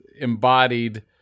embodied